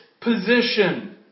position